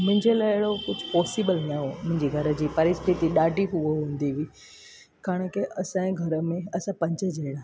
मुंहिंजे लाइ अहिड़ो कुझु पॉसिबल न हुओ मुंहिंजी घरु जी परिस्थिती ॾाढी पूअ हूंदी हुई छाकाणि की असांजे घर में असां पंज ॼणा